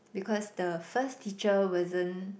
because the first teacher wasn't